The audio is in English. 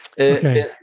Okay